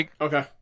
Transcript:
Okay